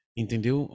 entendeu